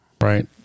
right